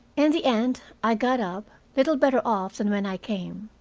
in the end i got up, little better off than when i came.